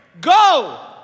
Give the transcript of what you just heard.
Go